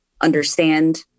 understand